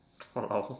what about